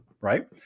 right